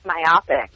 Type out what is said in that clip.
myopic